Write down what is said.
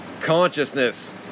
consciousness